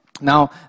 Now